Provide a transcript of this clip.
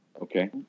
Okay